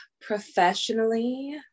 professionally